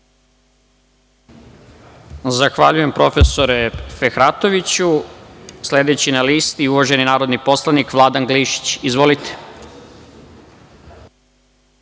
Zahvaljujem, profesore Fehratoviću. Sledeći na listi je uvaženi narodni poslanik Vladan Glišić. Izvolite.